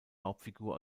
hauptfigur